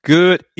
Good